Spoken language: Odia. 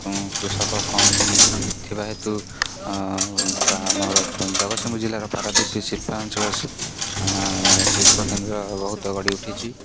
କୃଷକ କମ୍ ଥିବା ହେତୁ ଆମର ଜଗତସିଂହପୁର ଜିଲ୍ଲାର ପାରାଦ୍ୱୀପ ଶିଳ୍ପାଞ୍ଚଳ ଶି ଶିଳ୍ପକେନ୍ଦ୍ର ବହୁତ ଗଢ଼ି ଉଠିଛି